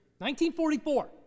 1944